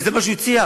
וזה מה שהוא הציע,